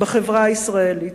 בחברה הישראלית,